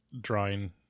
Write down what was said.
drawing